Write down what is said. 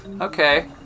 Okay